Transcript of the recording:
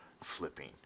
flipping